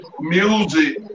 music